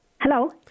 Hello